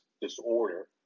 disorder